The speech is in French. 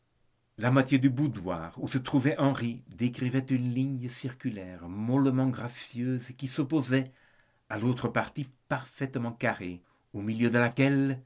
la moitié du boudoir où se trouvait henri décrivait une ligne circulaire mollement gracieuse qui s'opposait à l'autre partie parfaitement carrée au milieu de laquelle